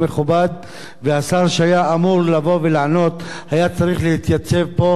השר שהיה אמור לבוא ולענות היה צריך להתייצב פה מתוך הכבוד